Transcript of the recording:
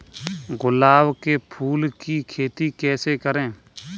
गुलाब के फूल की खेती कैसे करें?